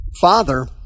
father